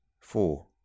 four